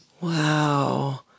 Wow